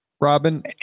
Robin